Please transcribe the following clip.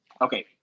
Okay